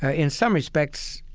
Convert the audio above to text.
ah in some respects,